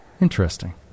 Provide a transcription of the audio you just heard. interesting